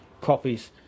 copies